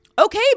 Okay